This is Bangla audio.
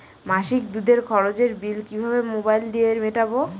মাসিক দুধের খরচের বিল কিভাবে মোবাইল দিয়ে মেটাব?